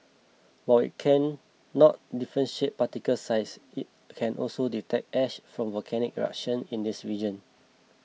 while it cannot differentiate particle size it can also detect ash from volcanic eruption in the region